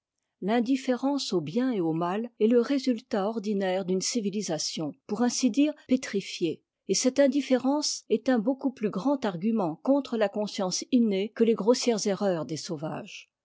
l'indifférence au bien et au mal est te résultat ordinaire d'une civilisation pour ainsi dire pétrifiée et cette indifférence est un beaucoup plus grand argument contre la conscience innée que les grossières erreurs des sauvages